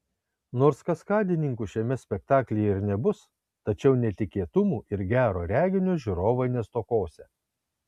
nors kaskadininkų šiame spektaklyje ir nebus tačiau netikėtumų ir gero reginio žiūrovai nestokosią